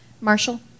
Marshall